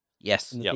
Yes